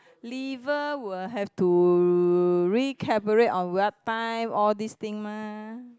liver will have to recuperate our nap time all this thing mah